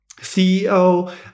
CEO